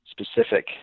specific